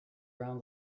around